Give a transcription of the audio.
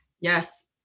Yes